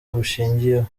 bushingiyeho